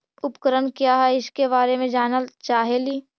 उपकरण क्या है इसके बारे मे जानल चाहेली?